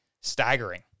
staggering